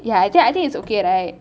ya I think I think is okay right